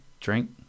drink